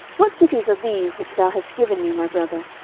what cities are these which thou hast given me, my brother?